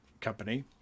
Company